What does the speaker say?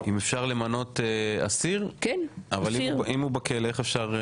אם הוא בכלא, איך אפשר?